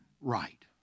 right